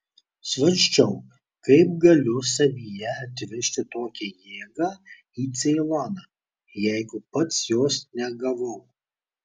svarsčiau kaip galiu savyje atvežti tokią jėgą į ceiloną jeigu pats jos negavau